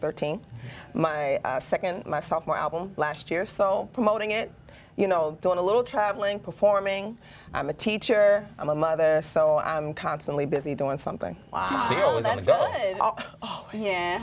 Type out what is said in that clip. thirteen my second my sophomore album last year so promoting it you know doing a little traveling performing i'm a teacher i'm a mother so i'm constantly busy doing something